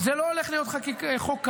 זה לא הולך להיות חוק קל,